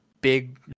big